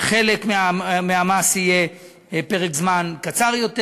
מצב שלחלק מהמס יהיה פרק זמן קצר יותר